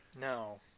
No